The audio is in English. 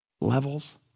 levels